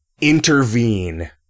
intervene